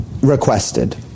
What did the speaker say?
requested